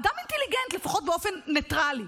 אדם אינטליגנטי לפחות באופן ניטרלי,